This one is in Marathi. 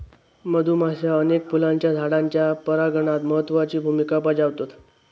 मधुमाश्या अनेक फुलांच्या झाडांच्या परागणात महत्त्वाची भुमिका बजावतत